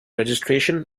registration